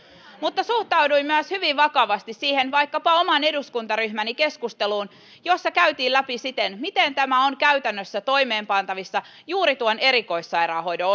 mutta suhtauduin myös hyvin vakavasti siihen vaikkapa oman eduskuntaryhmäni keskusteluun jossa käytiin läpi sitä miten tämä on käytännössä toimeenpantavissa juuri tuon erikoissairaanhoidon